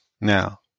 Now